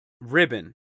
ribbon